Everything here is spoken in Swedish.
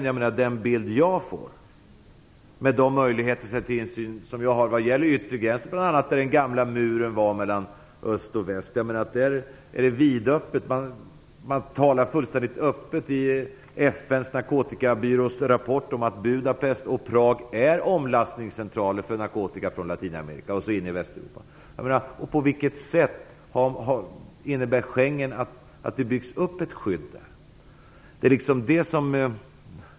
Jag har vissa möjligheter till insyn vad gäller den yttre gränsen, bl.a. där den gamla muren mellan öst och väst gick. Där är det vidöppet - man talar i FN:s narkotikabyrås rapport helt öppet om att Budapest och Prag är omlastningscentraler för narkotika som kommer från Latinamerika och skall in i Västeuropa. På vilket sätt innebär Schengen att det byggs upp ett skydd?